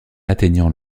atteignant